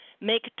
make